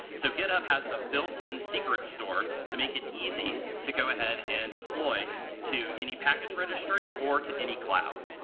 so github has a built in secret store to make it easy to go ahead and deploy to any package registry or to any cloud.